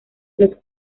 los